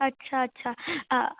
अछा अछा